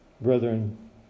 brethren